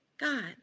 God